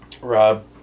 Rob